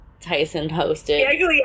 Tyson-hosted